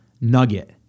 nugget